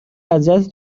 اذیت